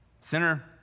Sinner